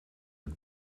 het